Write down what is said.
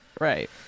Right